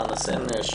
חנה סנש,